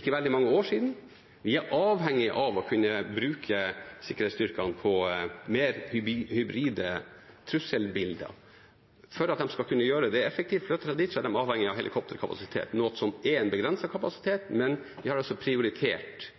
ikke veldig mange år siden. Vi er avhengig av å kunne bruke sikkerhetsstyrkene på mer hybride trusselbilder. For at de skal kunne gjøre det effektivt, for at de skal kunne flytte seg, er de avhengig av helikopterkapasitet, noe som er en begrenset kapasitet, men vi har altså prioritert